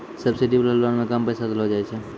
subsidy वाला loan मे कम पैसा देलो जाय छै